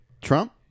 Trump